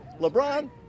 LeBron